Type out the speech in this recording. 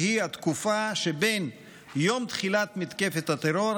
שהיא התקופה שבין יום תחילת מתקפת הטרור,